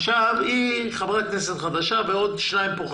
היא חברת כנסת חדשה ויש כאן עוד שני